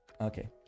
Okay